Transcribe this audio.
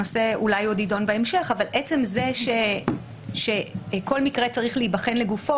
הנושא אולי עוד יידון בהמשך אבל עצם זה שכל מקרה צריך להיבחן לגופו,